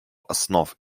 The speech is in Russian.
основ